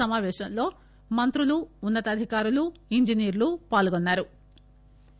సమాపేశంలో మంత్రులు ఉన్న తాధికారులు ఇంజనీర్లు పాల్గొన్సారు